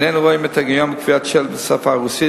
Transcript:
איננו רואים את ההיגיון בקביעת שלט בשפה הרוסית,